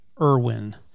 Irwin